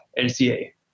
LCA